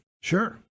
Sure